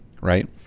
right